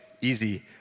easy